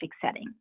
setting